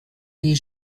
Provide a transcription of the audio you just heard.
les